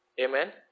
Amen